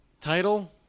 Title